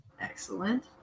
Excellent